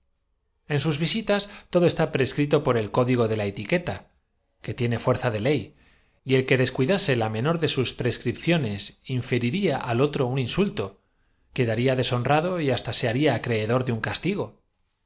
en sus visitas todo esta prescrito por volvérselo al criado al despedirse media hora bien el código de la etiqueta que tiene fuerza de ley y el contada se pierde en palabrería vana de la que tienen á provisión un buen repuesto si uno dice una galan que descuidase la menor de sus prescripciones inferi ría al otro un insulto quedaría deshonrado y hasta se tería jei sin responde el otro es decir prodiga usted haría acreedor á un castigo